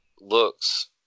looks